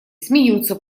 смеются